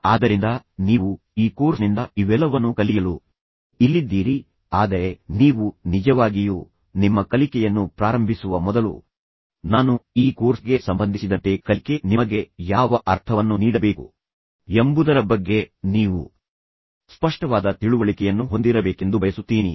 ಆದ್ದರಿಂದ ನೀವು ಈ ಕೋರ್ಸ್ನಿಂದ ಇವೆಲ್ಲವನ್ನೂ ಕಲಿಯಲು ಇಲ್ಲಿದ್ದೀರಿ ಆದರೆ ನೀವು ನಿಜವಾಗಿಯೂ ನಿಮ್ಮ ಕಲಿಕೆಯನ್ನು ಪ್ರಾರಂಭಿಸುವ ಮೊದಲು ನಾನು ಈ ಕೋರ್ಸ್ಗೆ ಸಂಬಂಧಿಸಿದಂತೆ ಕಲಿಕೆ ನಿಮಗೆ ಯಾವ ಅರ್ಥವನ್ನು ನೀಡಬೇಕು ಎಂಬುದರ ಬಗ್ಗೆ ನೀವು ಸ್ಪಷ್ಟವಾದ ತಿಳುವಳಿಕೆಯನ್ನು ಹೊಂದಿರಬೇಕೆಂದು ಬಯಸುತ್ತೀನಿ